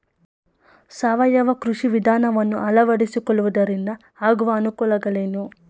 ಸಾವಯವ ಕೃಷಿ ವಿಧಾನವನ್ನು ಅಳವಡಿಸಿಕೊಳ್ಳುವುದರಿಂದ ಆಗುವ ಅನುಕೂಲಗಳೇನು?